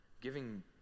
giving